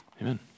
amen